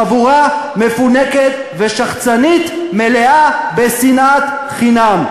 חבורה מפונקת ושחצנית, מלאה בשנאת חינם.